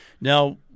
Now